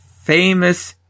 famous